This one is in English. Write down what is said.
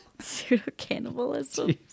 Pseudo-cannibalism